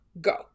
go